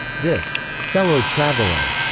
this fellow traveler,